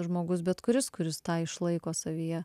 žmogus bet kuris kuris tą išlaiko savyje